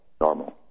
normal